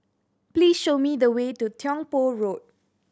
please show me the way to Tiong Poh Road